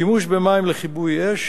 שימוש במים לכיבוי אש,